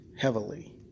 heavily